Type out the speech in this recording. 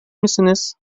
misiniz